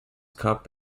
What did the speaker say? cup